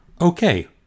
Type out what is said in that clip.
Okay